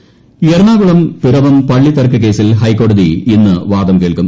പള്ളിത്തർക്കം എറണാകുളം പിറവം പള്ളിത്ത്ർക്ക് കേസിൽ ഹൈക്കോടതി ഇന്ന് വാദം കേൾക്കും